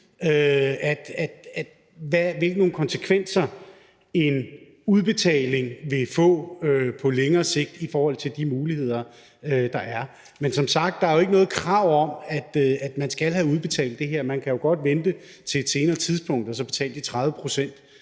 hvilke konsekvenser en udbetaling vil få på længere sigt, i forhold til de muligheder, der er. Men der er som sagt ikke noget krav om, at man skal have udbetalt det her. Man kan jo godt vente til et senere tidspunkt og så betale de 30 pct.